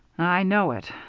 i know it.